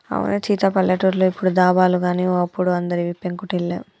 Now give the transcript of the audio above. అవునే సీత పల్లెటూర్లో ఇప్పుడు దాబాలు గాని ఓ అప్పుడు అందరివి పెంకుటిల్లే